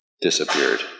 disappeared